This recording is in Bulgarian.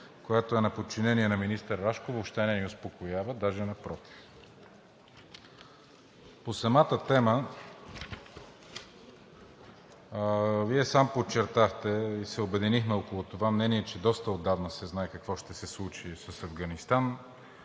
която е на подчинение на министър Рашков, въобще не ни успокоява, даже напротив. По самата тема – Вие сам подчертахте и се обединихме около мнението, че доста отдавна се знае какво ще се случи с Афганистан,